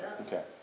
Okay